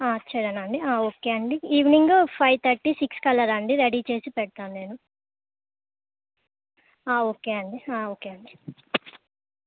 సరేనండి ఓకే అండి evening five thirty six కళ్లరాండి రెడీ చేసి పెడతాను నేను ఓకే అండి ఓకే అండి